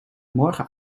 morgen